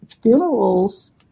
funerals